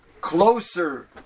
closer